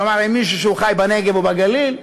כלומר אם מישהו חי בנגב או בגליל,